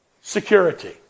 Security